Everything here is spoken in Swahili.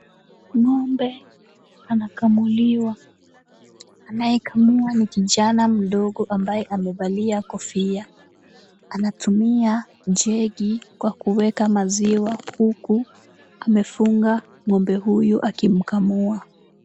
Ng'ombe anakamuliwa. Anayekamua ni kijana mdogo ambaye amevalia kofia. Anatumia jegi kwa kuweka maziwa huku amefunga ng'ombe huyu akimkamua.